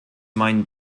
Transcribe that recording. meinen